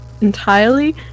entirely